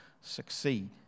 succeed